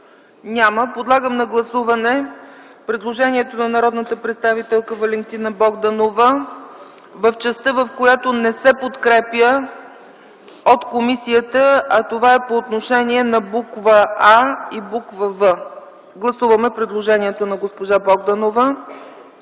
Няма. Подлагам на гласуване предложението на народния представител Валентина Богданова в частта, в която не се подкрепя от комисията, а това е по отношение на буква „а” и буква „в”. Гласуваме предложението на госпожа Богданова.